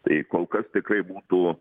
tai kol kas tikrai būtų